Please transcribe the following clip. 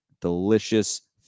delicious